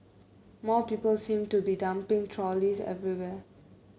more people seem to be dumping trolleys everywhere